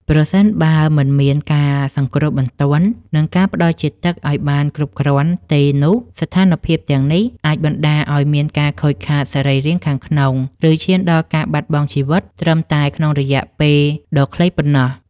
ប្រសិនបើមិនមានការសង្គ្រោះបន្ទាន់ និងការផ្ដល់ជាតិទឹកឱ្យបានគ្រប់គ្រាន់ទេនោះ ស្ថានភាពទាំងនេះអាចបណ្ដាលឱ្យមានការខូចខាតសរីរាង្គខាងក្នុង ឬឈានដល់ការបាត់បង់ជីវិតត្រឹមតែក្នុងរយៈពេលដ៏ខ្លីប៉ុណ្ណោះ។